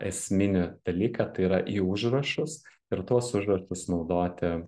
esminį dalyką tai yra į užrašus ir tuos užrašus naudoti